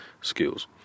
skills